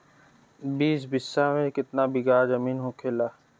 बीस बिस्सा में कितना बिघा जमीन होखेला?